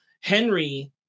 Henry